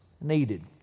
needed